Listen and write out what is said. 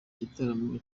gitaramo